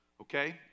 Okay